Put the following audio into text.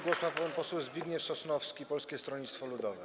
Głos ma pan poseł Zbigniew Sosnowski, Polskie Stronnictwo Ludowe.